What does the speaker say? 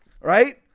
Right